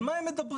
על מה הם מדברים?